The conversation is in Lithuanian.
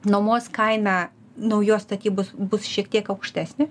nuomos kaina naujos statybos bus šiek tiek aukštesnė